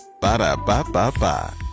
Ba-da-ba-ba-ba